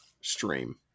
stream